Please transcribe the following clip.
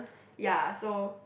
ya so